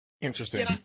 Interesting